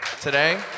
today